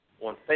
on